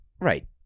Right